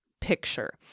picture